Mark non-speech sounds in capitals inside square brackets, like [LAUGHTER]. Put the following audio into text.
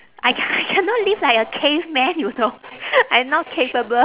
I c~ I cannot live like a caveman you know [LAUGHS] I'm not capable